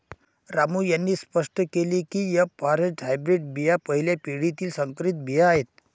रामू यांनी स्पष्ट केले की एफ फॉरेस्ट हायब्रीड बिया पहिल्या पिढीतील संकरित बिया आहेत